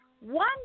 One